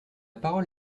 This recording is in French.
parole